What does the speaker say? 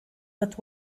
but